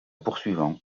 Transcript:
poursuivant